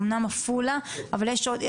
אמנם עפולה אבל יש עוד,